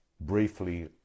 briefly